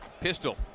Pistol